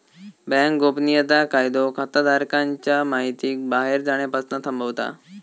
bank गोपनीयता कायदो खाताधारकांच्या महितीक बाहेर जाण्यापासना थांबवता